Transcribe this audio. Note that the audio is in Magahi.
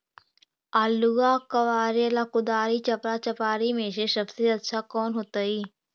आलुआ कबारेला कुदारी, चपरा, चपारी में से सबसे अच्छा कौन होतई?